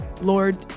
Lord